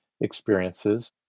experiences